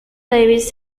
davis